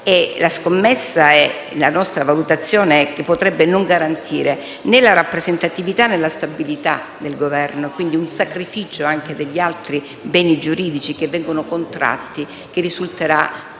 scommessa e la nostra valutazione è che esso potrebbe non garantire né la rappresentatività, né la stabilità del Governo, con un sacrificio degli altri beni giuridici che risultano ristretti, che risulterà